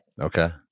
Okay